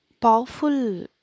powerful